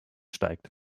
steigt